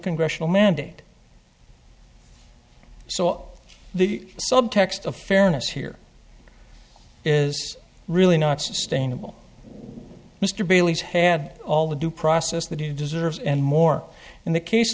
congressional mandate so the subtext of fairness here is really not sustainable mr bailey has had all the due process that he deserves and more in the case